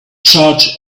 charge